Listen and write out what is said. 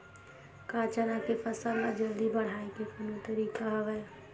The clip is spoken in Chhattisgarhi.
का चना के फसल ल जल्दी बढ़ाये के कोनो तरीका हवय?